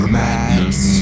madness